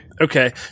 okay